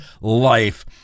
life